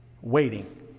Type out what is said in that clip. waiting